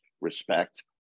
respect